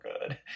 good